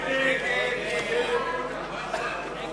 הצעת סיעת קדימה להביע אי-אמון